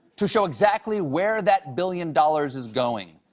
to show exactly where that billion dollars is going.